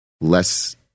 less